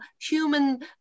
human